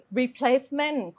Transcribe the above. replacement